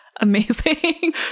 Amazing